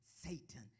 Satan